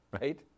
Right